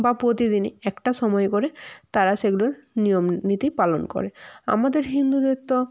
বা প্রতিদিনই একটা সময় করে তারা সেগুলো নিয়ম নীতি পালন করে আমাদের হিন্দুদের তো